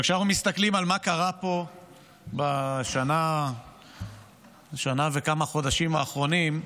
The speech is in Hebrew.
כשאנחנו מסתכלים על מה שקרה פה בשנה וכמה חודשים האחרונים,